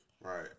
Right